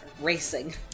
Racing